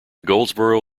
goldsboro